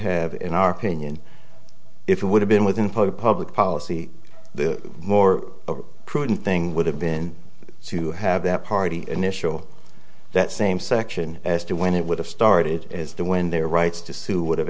have in our opinion it would have been with input public policy the more prudent thing would have been to have that party initial that same section as to when it would have started as the when their rights to sue would